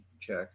check